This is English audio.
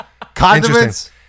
Condiments